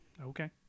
Okay